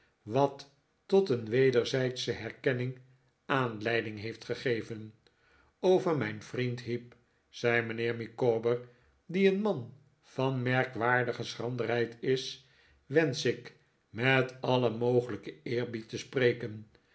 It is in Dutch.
wat tot een wederzijdsche herkenning aanleiding heeft gegeven over mijn vriend heep zei mijnheer micawber die een man van merkwaardige schranderheid is wensch ik met alien mogelijken eerbied te spreken